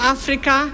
Africa